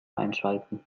einschalten